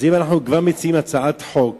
אז אם אנחנו מציעים הצעת חוק,